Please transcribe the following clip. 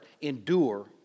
endure